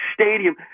stadium